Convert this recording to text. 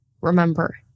remember